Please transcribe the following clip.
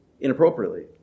inappropriately